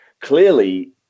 clearly